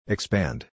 Expand